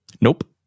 Nope